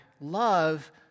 love